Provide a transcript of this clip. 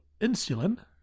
insulin